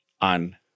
on